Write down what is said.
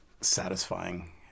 satisfying